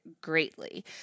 greatly